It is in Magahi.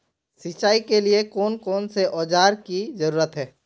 सिंचाई के लिए कौन कौन से औजार की जरूरत है?